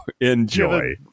Enjoy